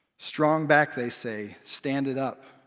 strong back, they say, stand it up,